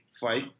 fight